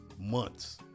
months